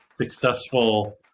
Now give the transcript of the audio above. successful